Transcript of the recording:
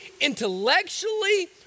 intellectually